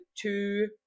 two